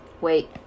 wait